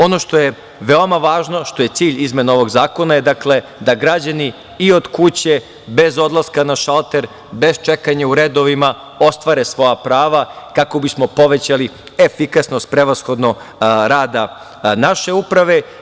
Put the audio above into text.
Ono što je veoma važno, što je cilj izmene ovog zakona je, dakle, da građani i od kuće bez odlaska na šalter, bez čekanja u redovima ostvare svoja prava kako bismo povećali efikasnost prevashodno rada naše uprave.